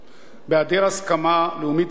בהיעדר הסכמה לאומית רחבה,